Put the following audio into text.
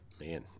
Man